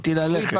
רציתי ללכת.